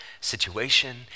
situation